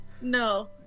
No